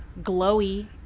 glowy